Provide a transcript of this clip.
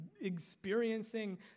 experiencing